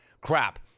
crap